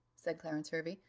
said clarence hervey,